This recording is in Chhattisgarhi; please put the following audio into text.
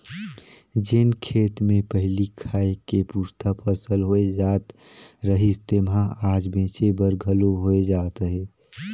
जेन खेत मे पहिली खाए के पुरता फसल होए जात रहिस तेम्हा आज बेंचे बर घलो होए जात हे